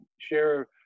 share